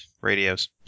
radios